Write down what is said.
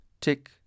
tick